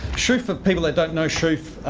shoof, for people that don't know shoof,